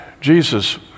Jesus